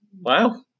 Wow